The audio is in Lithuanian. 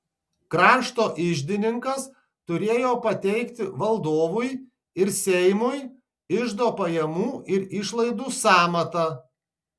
krašto iždininkas turėjo pateikti valdovui ir seimui iždo pajamų ir išlaidų sąmatą